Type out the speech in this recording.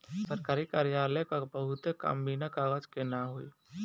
सरकारी कार्यालय क बहुते काम बिना कागज के ना होई